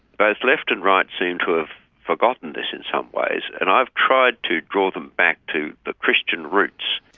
both left and right seem to have forgotten this in some ways. and i've tried to draw them back to the christian roots.